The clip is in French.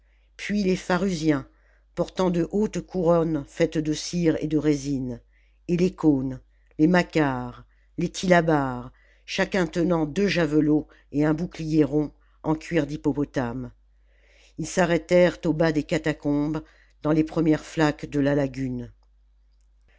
puis les pharusiens portant de hautes couronnes faites de cire et de résine et les cannes les macares les tillabares chacun tenant deux javelots et un bouclier rond en cuir d'hippopotame ils s'arrêtèrent au bas des catacombes dans les premières flaques de la lagune